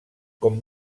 com